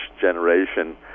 generation